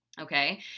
Okay